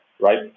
right